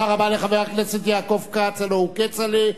תודה רבה לחבר הכנסת יעקב כץ, הלוא הוא כצל'ה.